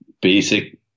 basic